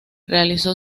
realizó